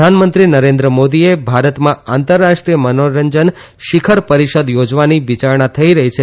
પ્રધાનમંત્રી નરેન્દ્રમોદી એ ભારતમાં આંતરરાષ્ટ્રીય મનોરંજન શિખર પરિષદ યોજવાની વિચારણા થઇ રહી છે